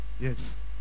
Yes